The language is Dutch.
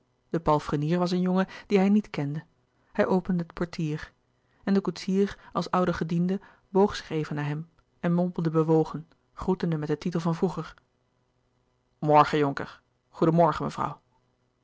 de palfrenier was een jongen dien hij niet louis couperus de boeken der kleine zielen kende hij opende het portier en de koetsier als oude gediende boog zich even naar hem en mompelde bewogen groetende met den titel van vroeger morgen jonker goeden morgen mevrouw